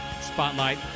spotlight